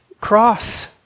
cross